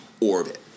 orbit